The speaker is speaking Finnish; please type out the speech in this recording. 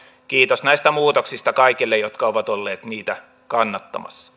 kiitos näistä muutoksista kaikille jotka ovat olleet niitä kannattamassa